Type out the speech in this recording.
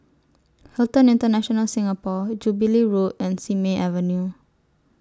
Hilton International Singapore Jubilee Road and Simei Avenue